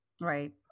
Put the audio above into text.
right